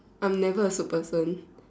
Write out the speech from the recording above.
I'm never a soup person